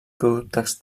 productes